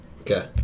Okay